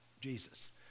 Jesus